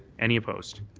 any opposed?